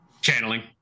Channeling